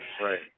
right